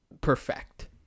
perfect